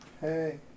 Hey